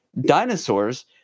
dinosaurs